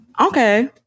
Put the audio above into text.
Okay